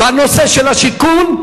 בנושא של השיכון,